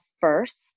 first